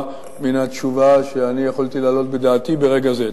מן התשובה שאני יכולתי להעלות בדעתי ברגע זה.